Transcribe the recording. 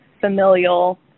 familial